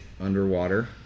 underwater